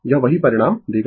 यह वही परिणाम देगा